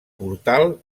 portal